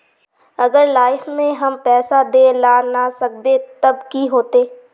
अगर लाइफ में हम पैसा दे ला ना सकबे तब की होते?